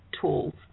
tools